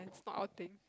not our thing